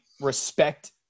respect